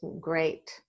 great